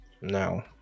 No